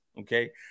Okay